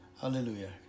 Hallelujah